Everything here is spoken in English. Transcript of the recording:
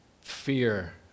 fear